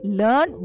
learn